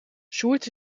sjoerd